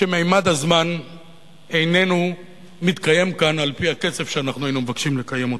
שממד הזמן איננו מתקיים כאן על-פי הקצב שאנחנו היינו מבקשים לקיים אותו.